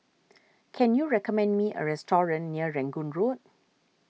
can you recommend me a restaurant near Rangoon Road